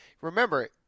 remember